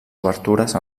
obertures